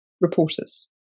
reporters